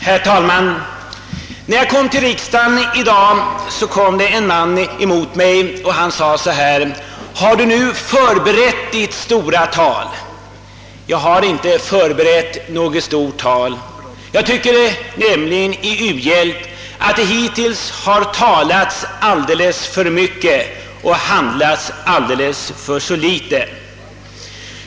Herr talman! När jag anlände till riksdagen i dag, kom en man emot mig och sade: »Har Du nu förberett Ditt stora tal?» Jag har inte förberett något stort tal. Jag tycker nämligen att det i u-hjälpsfrågan hittills har talats alldeles för mycket och handlats alldeles för litet.